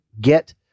get